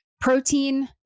protein